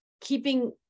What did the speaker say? keeping